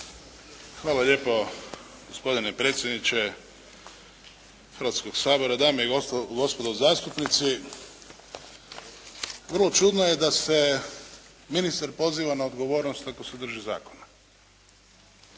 Hvala lijepo gospodine predsjedniče Hrvatskog sabora, dame i gospodo zastupnici. Vrlo čudno je da se ministar poziva na odgovornost ako se drži zakona.